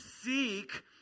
seek